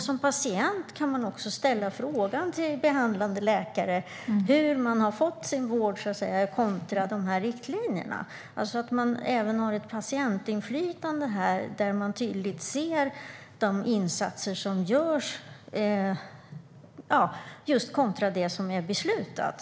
Som patient kan man också ställa frågan till behandlande läkare hur man har fått sin vård kontra riktlinjerna. Man har ett patientinflytande där man tydligt ser de insatser som görs kontra det som är beslutat.